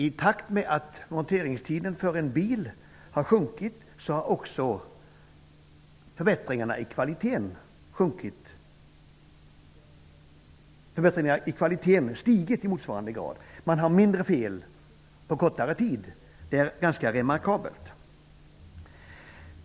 I takt med att monteringstiden för en bil har sjunkit har också kvaliteten stigit i motsvarande grad. Det blir mindre fel på kortare tid, och det är ganska remarkabelt.